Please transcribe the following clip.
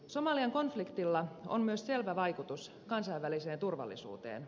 somalian konfliktilla on myös selvä vaikutus kansainväliseen turvallisuuteen